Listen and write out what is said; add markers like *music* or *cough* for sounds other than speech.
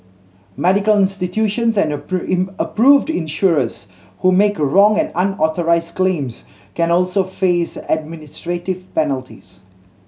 medical institutions and *unintelligible* approved insurers who make wrong or unauthorised claims can also face administrative penalties